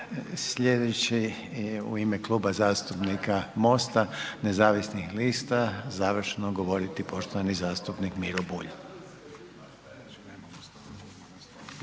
Sljedeći u ime Kluba zastupnika Mosta nezavisnih lista završno govoriti poštovani zastupnik Miro Bulj.